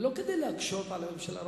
ולא כדי להקשות על הממשלה.